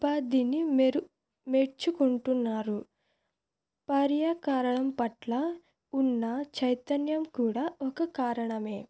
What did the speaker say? ఉపాధిని మెరు మెచ్చుకుంటున్నారు పర్యావరణం పట్ల ఉన్న చైతన్యం కూడా ఒక కారణమే